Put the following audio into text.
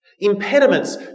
Impediments